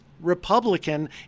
Republican